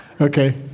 Okay